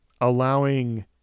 allowing